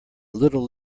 little